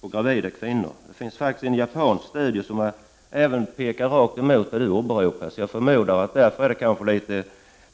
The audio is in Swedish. på gravida kvinnor. Det finns en japansk studie vars resultat pekar rakt emot de resultat Gudrun Schyman åberopar. Jag förmodar att